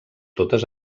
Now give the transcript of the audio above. totes